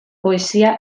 poesia